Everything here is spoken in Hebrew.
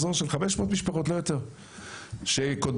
עולה לי יותר כסף